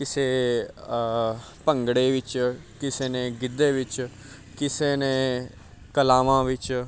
ਕਿਸੇ ਭੰਗੜੇ ਵਿੱਚ ਕਿਸੇ ਨੇ ਗਿੱਧੇ ਵਿੱਚ ਕਿਸੇ ਨੇ ਕਲਾਵਾਂ ਵਿੱਚ